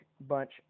bunch